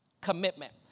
commitment